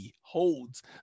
holds